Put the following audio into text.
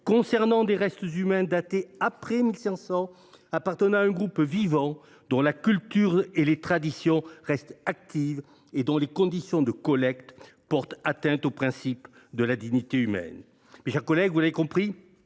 datés d’une époque postérieure à 1 500 et appartenant à un groupe vivant dont la culture et les traditions restent actives, et dont les conditions de collecte portent atteinte au principe de la dignité humaine. Mes chers collègues, vous l’avez compris,